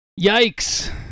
Yikes